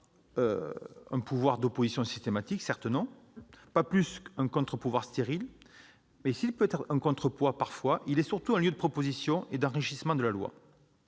un pouvoir d'opposition systématique, pas plus qu'un contre-pouvoir stérile : s'il peut être parfois un contrepoids, il est surtout un lieu de propositions et d'enrichissement de la loi.